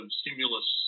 stimulus